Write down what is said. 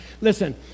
Listen